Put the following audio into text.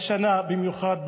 השנה במיוחד,